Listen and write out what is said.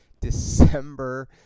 December